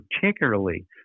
particularly